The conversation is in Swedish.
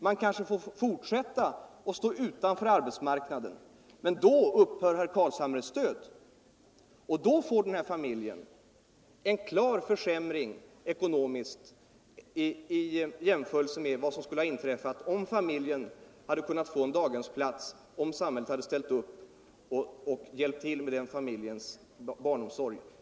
Man kanske får fortsätta att stå utanför arbetsmarknaden, men då upphör herr Carlshamres stöd och då får familjen en klar ekonomisk försämring i jämförelse med vad som skulle ha inträffat om samhället hade hjälpt till med familjens barnomsorg.